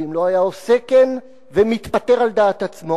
ואם לא היה עושה כן ומתפטר על דעת עצמו,